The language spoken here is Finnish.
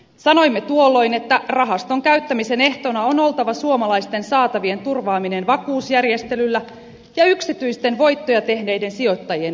sanoimme tuolloin että rahaston käyttämisen ehtona on oltava suomalaisten saatavien turvaaminen vakuusjärjestelyllä ja yksityisten voittoja tehneiden sijoittajien vastuu